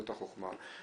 זאת החוכמה.